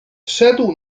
wszedł